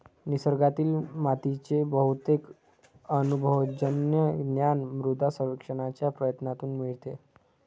निसर्गातील मातीचे बहुतेक अनुभवजन्य ज्ञान मृदा सर्वेक्षणाच्या प्रयत्नांतून मिळते